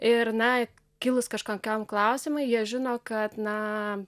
ir na kilus kažkokiam klausimui jie žino kad na